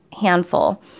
handful